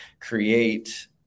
create